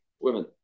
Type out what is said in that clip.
women